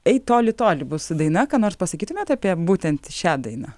eit toli toli bus daina ką nors pasakytumėt apie būtent šią dainą